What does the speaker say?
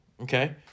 Okay